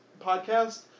podcast